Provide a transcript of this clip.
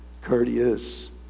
courteous